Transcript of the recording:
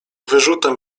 wyrzutem